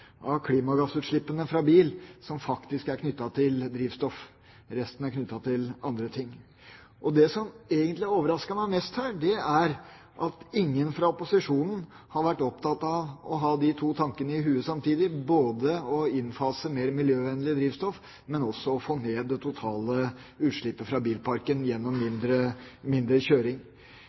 av klimagassutslippene fra bil faktisk er knyttet til drivstoff. Resten er knyttet til andre ting. Det som egentlig har overrasket meg mest her, er at ingen fra opposisjonen har vært opptatt av å ha de to tankene i hodet samtidig – både å innfase mer miljøvennlig drivstoff og å få ned det totale utslippet fra bilparken gjennom mindre kjøring.